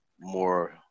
more